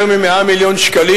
יותר מ-100 מיליון שקלים.